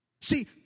See